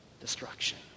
destruction